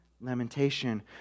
lamentation